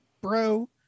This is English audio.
bro